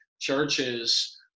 churches